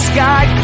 Sky